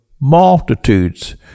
multitudes